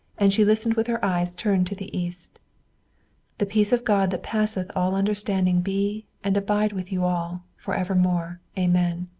and she listened with her eyes turned to the east the peace of god that passeth all understanding be and abide with you all, forevermore. amen.